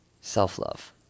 Self-love